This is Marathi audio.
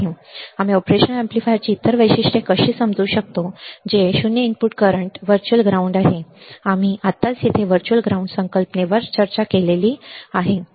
आम्ही पाहू आम्ही ऑपरेशन एम्पलीफायरची इतर वैशिष्ट्ये कशी समजू शकतो जे 0 इनपुट करंट व्हर्च्युअल ग्राउंड आहे आम्ही आत्ताच येथे व्हर्च्युअल ग्राउंड संकल्पनेवर चर्चा केली आहे बरोबर